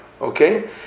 okay